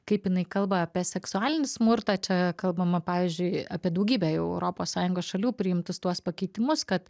kaip jinai kalba apie seksualinį smurtą čia kalbama pavyzdžiui apie daugybėje europos sąjungos šalių priimtus tuos pakeitimus kad